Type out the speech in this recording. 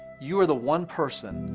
you are the one person,